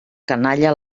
canalla